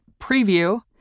preview